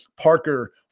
Parker